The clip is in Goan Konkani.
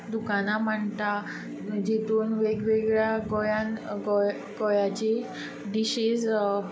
दुकानां मांडटा वेगवेगळ्या गोंयाची डिशीज